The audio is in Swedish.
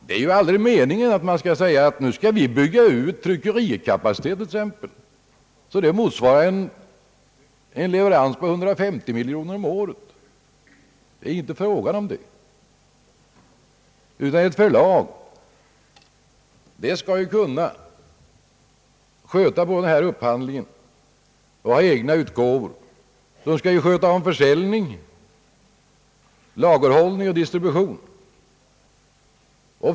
Det är aldrig meningen att tryckerikapaciteten skall byggas ut så att man själv kan trycka för 150 miljoner kronor om året. Ett förlag skall kunna sköta både den erforderliga upphandlingen och ha egna utgåvor liksom det skall kunna sköta försäljning, lagerhållning och distribution.